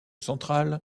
centrale